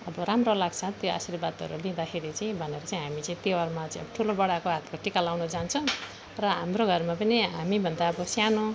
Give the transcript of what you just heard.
अब राम्रो लाग्छ त्यो आशीर्वादहरू लिँदाखेरि चाहिँ भनेर चाहिँ हामी चाहिँ तिहारमा चाहिँ अब ठुलोबडाको हातको टिका लाउनु जान्छौँ र हाम्रो घरमा पनि हामीभन्दा अब सानो